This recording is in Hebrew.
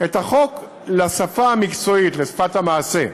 את החוק לשפה המקצועית, לשפת המעשה,